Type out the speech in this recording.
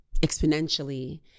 exponentially